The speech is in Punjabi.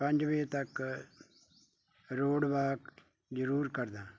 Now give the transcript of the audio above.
ਪੰਜ ਵਜੇ ਤੱਕ ਰੋਡ ਵਾਕ ਜ਼ਰੂਰ ਕਰਦਾ ਹਾਂ